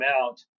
out